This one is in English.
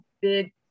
big